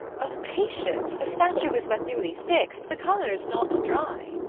o, patience! the statue is but newly fix'd, the colour's not dry.